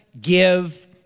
give